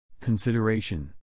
Consideration